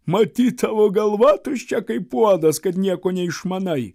matyt tavo galva tuščia kaip puodas kad nieko neišmanai